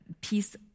peace